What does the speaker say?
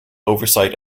oversight